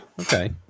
Okay